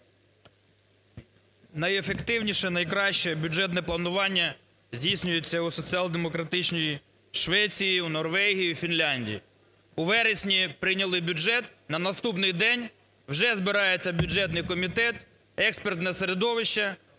Найефективніше, найкраще бюджетне планування здійснюється у соціал-демократичній Швеції, в Норвегії і Фінляндії. У вересні прийняли бюджет, на наступний день вже збирається бюджетний комітет, експертне середовище,